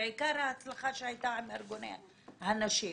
בעיקר ההצלחה שהייתה עם ארגוני הנשים.